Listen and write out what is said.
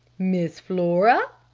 miss flora!